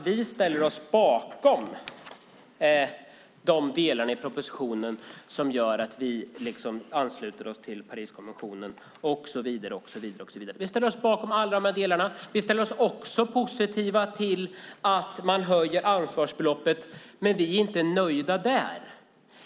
Vi ställer oss bakom de delar i propositionen som innebär att vi ansluter oss till Pariskonventionen och så vidare, och så vidare. Vi ställer oss bakom alla de delar. Vi ställer oss även positiva till att ansvarsbeloppet höjs, men vi är inte nöjda.